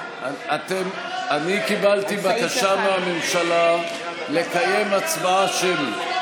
אני קיבלתי בקשה מהממשלה לקיים הצבעה שמית.